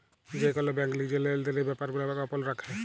যে কল ব্যাংক লিজের লেলদেলের ব্যাপার গুলা গপল রাখে